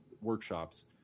workshops